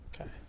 Okay